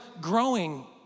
growing